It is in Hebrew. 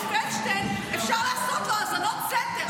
פלדשטיין אפשר לעשות לו האזנות סתר.